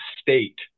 state